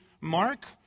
Mark